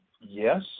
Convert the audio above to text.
Yes